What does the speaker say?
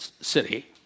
city